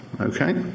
Okay